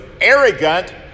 arrogant